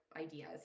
ideas